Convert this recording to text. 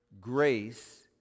Grace